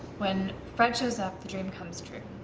when fred shows up, the dream come true.